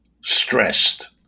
stressed